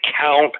count